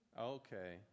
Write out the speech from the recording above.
Okay